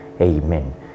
Amen